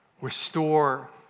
restore